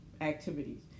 activities